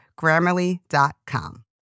Grammarly.com